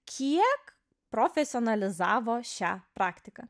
kiek profesionalizavo šią praktiką